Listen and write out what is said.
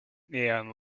neon